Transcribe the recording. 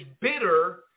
bitter